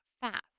fast